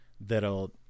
that'll